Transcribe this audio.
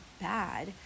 bad